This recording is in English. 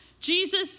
Jesus